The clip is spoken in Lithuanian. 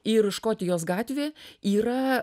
ir škotijos gatvė yra